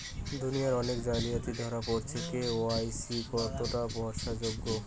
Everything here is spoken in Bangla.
দুনিয়ায় অনেক জালিয়াতি ধরা পরেছে কে.ওয়াই.সি কতোটা ভরসা যোগ্য?